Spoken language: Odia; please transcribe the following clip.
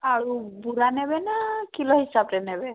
ଆଳୁ ବୁରା ନେବେ ନା କିଲୋ ହିସାବରେ ନେବେ